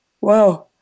Wow